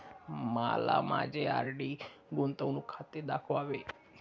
मला माझे आर.डी गुंतवणूक खाते दाखवावे